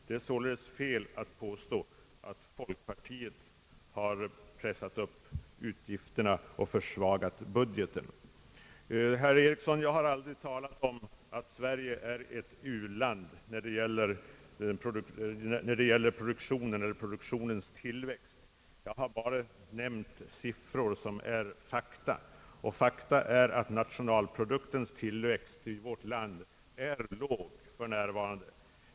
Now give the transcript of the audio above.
Det är således fel att påstå att folkpartiet har pressat upp utgifterna och försvagat budgeten. Herr Einar Eriksson, jag har aldrig talat om att Sverige är ett u-land när det gäller produktionen eller produktionens tillväxt. Jag har bara nämnt faktiska siffror, och fakta är att nationalproduktens tillväxt i vårt land är låg för närvarande.